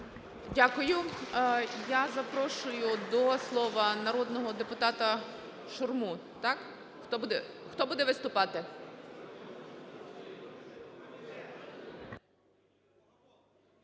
Дякую. Я запрошую до слова народного депутата Шурму, так? Хто буде виступати?